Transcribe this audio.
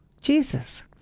Jesus